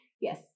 Yes